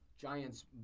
Giants